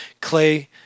clay